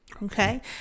Okay